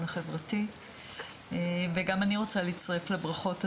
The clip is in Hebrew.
החברתי וגם אני רוצה להצטרף לברכות,